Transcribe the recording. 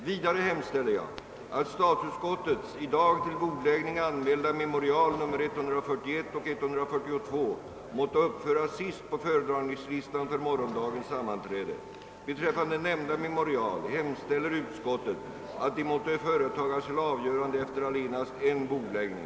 Vidare hemställer jag, att statsutskottets i dag till bordläggning anmälda memorial nr 141 och 142 måtte uppföras sist på föredragningslistan för morgondagens sammanträde. Beträffande nämnda memorial hemställer utskottet, att de måtte företagas till avgörande efter allenast en bordläggning.